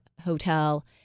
hotel